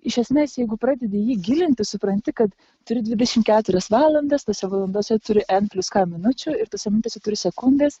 iš esmės jeigu pradedi į jį gilintis supranti kad turi dvidešimt keturias valandas tose valandose turi n plius k minučių ir tose minutėse turi sekundes